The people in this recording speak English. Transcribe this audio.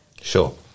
Sure